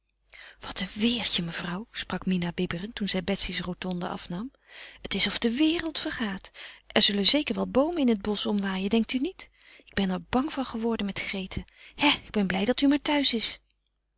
wat een weêrtje mevrouw sprak mina bibberend toen zij betsy's rotonde afnam het is of de wereld vergaat er zullen zeker wel boomen in het bosch omwaaien denkt u niet ik ben er bang van geworden met grete hè ik ben blij dat u maar thuis is